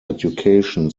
education